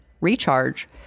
Recharge